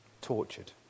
tortured